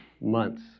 Months